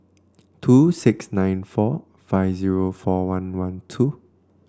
two six nine four five zero four one one two